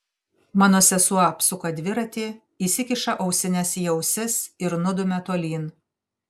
mano sesuo apsuka dviratį įsikiša ausines į ausis ir nudumia tolyn